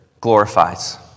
glorifies